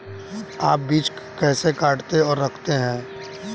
आप बीज कैसे काटते और रखते हैं?